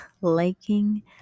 liking